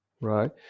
right